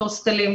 הוסטלים,